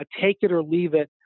take-it-or-leave-it